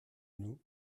nous